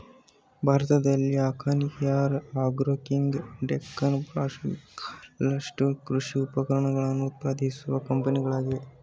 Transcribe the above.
ಭಾರತದಲ್ಲಿ Akhatiyar Agro King, Deccan Farm, Bengal Tools ಕೃಷಿ ಉಪಕರಣಗಳನ್ನು ಉತ್ಪಾದಿಸುವ ಕಂಪನಿಗಳಾಗಿವೆ